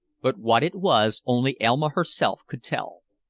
but what it was only elma herself could tell.